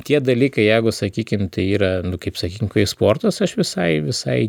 tie dalykai jeigu sakykime tai yra nu kaip sakykime kai sportas aš visai visai